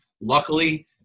luckily